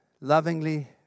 lovingly